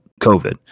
COVID